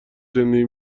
زندگی